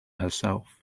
herself